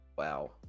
Wow